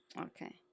okay